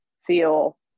feel